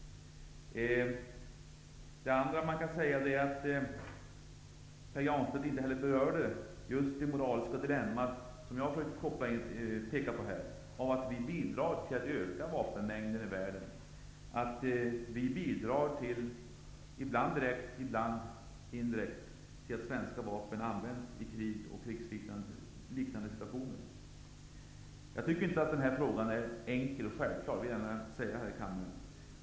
Det andra man kan säga är att Pär Granstedt inte berörde det moraliska dilemma som jag försökt att peka på här, nämligen att vi bidrar till att öka vapenmängden i världen. Vi bidrar -- ibland direkt, ibland indirekt -- till att svenska vapen används i krig och krigsliknande situationer. Jag tycker inte att den här frågan är enkel och självklar. Det vill jag gärna säga här i kammaren.